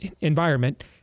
environment